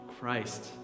Christ